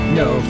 no